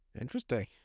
Interesting